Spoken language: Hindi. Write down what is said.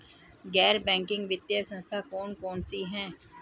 गैर बैंकिंग वित्तीय संस्था कौन कौन सी हैं?